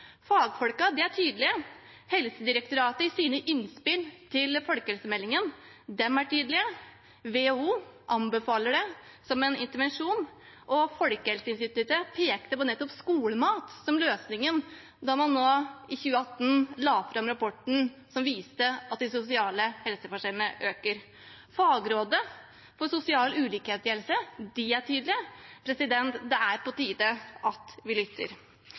er tydelige. Helsedirektoratet er tydelige i sine innspill til folkehelsemeldingen. WHO anbefaler det som en intervensjon. Folkehelseinstituttet pekte nettopp på skolemat som løsningen da man i 2018 la fram rapporten som viste at de sosiale helseforskjellene øker. Fagrådet for sosial ulikhet i helse er tydelig. Det er på tide at vi lytter.